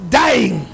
dying